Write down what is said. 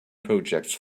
projects